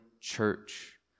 church